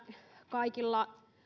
kaikilla